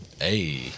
hey